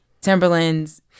Timberlands